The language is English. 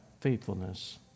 faithfulness